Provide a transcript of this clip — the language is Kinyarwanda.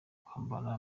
kwambara